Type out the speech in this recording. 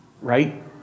right